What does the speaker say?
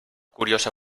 curiosa